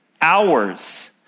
hours